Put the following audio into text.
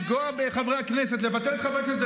לפגוע בחברי הכנסת, לבטל את חברי הכנסת.